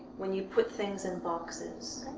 when you put things in boxes,